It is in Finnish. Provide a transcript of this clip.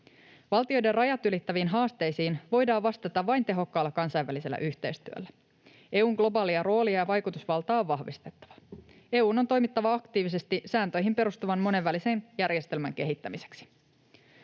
Valtioiden rajat ylittäviin haasteisiin voidaan vastata vain tehokkaalla kansainvälisellä yhteistyöllä. EU:n globaalia roolia ja vaikutusvaltaa on vahvistettava. EU:n on toimittava aktiivisesti sääntöihin perustuvan monenvälisen järjestelmän kehittämiseksi.